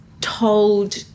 told